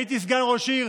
הייתי סגן ראש עיר,